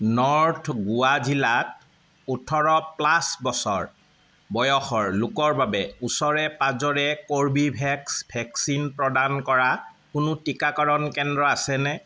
north Goa জিলাত ওঠৰ plus বছৰ বয়সৰ লোকৰ বাবে ওচৰে পাঁজৰে কৰ্বীভেক্স ভেকচিন প্ৰদান কৰা কোনো টিকাকৰণ কেন্দ্ৰ আছেনে